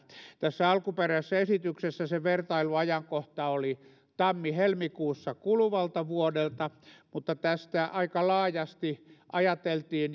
tässä alkuperäisessä esityksessä se vertailuajankohta oli tammi helmikuussa kuluvalta vuodelta mutta tästä aika laajasti ajateltiin